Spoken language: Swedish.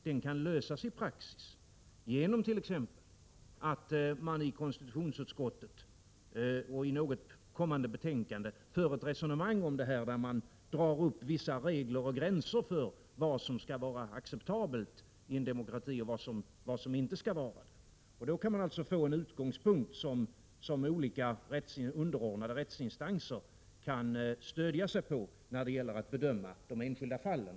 Den kan lösas i praxis, t.ex. genom att konstitutionsutskottet för ett resonemang om detta och avger ett betänkande, där vissa regler utformas och gränser dras för vad som skall vara acceptabelt i en demokrati och vad som inte skall vara det. Det kan bli en utgångspunkt, som olika underordnade rättsinstanser kan stödja sig på när det gäller att bedöma de enskilda fallen.